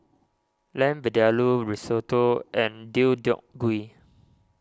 Lamb Vindaloo Risotto and Deodeok Gui